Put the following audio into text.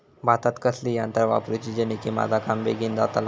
भातात कसली यांत्रा वापरुची जेनेकी माझा काम बेगीन जातला?